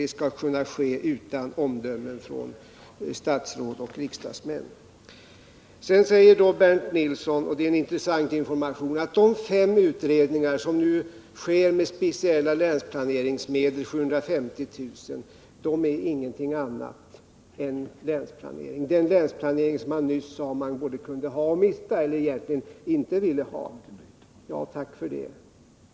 Det skall kunna ske utan omdömen från statsråd och riksdagsmän. Bernt Nilsson säger, och det är en intressant information, att de fem utredningar som nu sker, med 750 000 kr. i speciella länsplaneringsmedel, är ingenting annat än länsplanering — en länsplanering som man nyss sade att man både kunde ha och mista eller egentligen inte ville ha. Ja, tack för det.